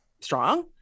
strong